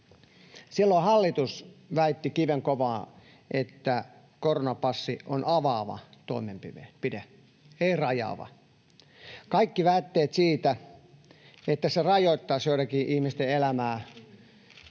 Silloin hallitus väitti kivenkovaa, että koronapassi on avaava toimenpide, ei rajaava. Kaikki väitteet siitä, että se rajoittaisi joidenkin ihmisten elämää